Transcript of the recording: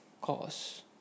cause